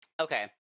Okay